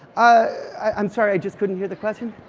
ah i'm sorry, i just couldn't hear the question.